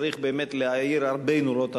צריך באמת להאיר הרבה נורות אדומות.